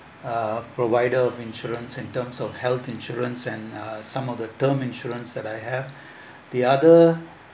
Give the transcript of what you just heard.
uh provider of insurance in terms of health insurance and uh some of the term insurance that I have the other